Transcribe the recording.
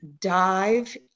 dive